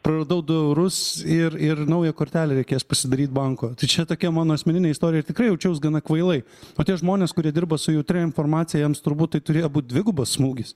praradau du eurus ir ir naują kortelę reikės pasidaryt banko tai čia tokia mano asmeninė istorija ir tikrai jaučiaus gana kvailai o tie žmonės kurie dirba su jautria informacija jiems turbūt tai turėjo būt dvigubas smūgis